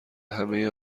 همه